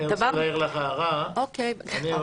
אני רוצה להעיר לך הערה, אפשר?